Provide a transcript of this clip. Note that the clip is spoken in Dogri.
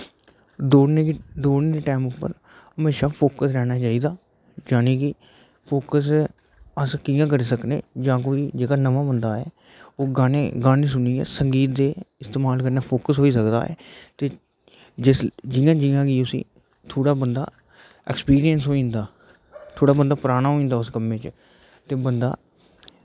दौड़ने टैम उप्पर हमेशा फोक्स रौह्ना चाहिदा यानि के फोक्स अस कियां करी सकने जां कोई जेह्का नमां बंदा ऐ ओह् गाने सुनियै संगीत दे इस्तेमल नै फोक्स होई सकदा ऐ ते जिस जियां जियां कि उस थोह्ड़ा बंदा अक्सपीरियंस होई जंदा थोह्ड़ा बंदा पराना होई जंदा उस कम्मै च ते बंदा